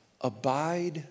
Abide